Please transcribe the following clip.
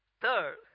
Third